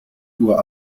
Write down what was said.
uhr